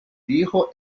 dijo